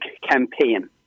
campaign